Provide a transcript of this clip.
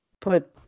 put